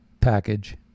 package